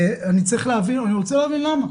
אני רוצה להבין למה,